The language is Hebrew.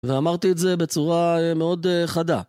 ואמרתי את זה בצורה מאוד חדה.